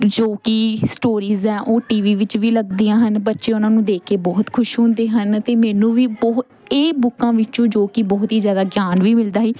ਜੋ ਕਿ ਸਟੋਰੀਜ ਹੈ ਉਹ ਟੀ ਵੀ ਵਿੱਚ ਵੀ ਲੱਗਦੀਆਂ ਹਨ ਬੱਚੇ ਉਹਨਾਂ ਨੂੰ ਦੇਖ ਕੇ ਬਹੁਤ ਖੁਸ਼ ਹੁੰਦੇ ਹਨ ਅਤੇ ਮੈਨੂੰ ਵੀ ਬਹੁਤ ਇਹ ਬੁੱਕਾਂ ਵਿੱਚੋਂ ਜੋ ਕਿ ਬਹੁਤ ਹੀ ਜ਼ਿਆਦਾ ਗਿਆਨ ਵੀ ਮਿਲਦਾ ਹੈ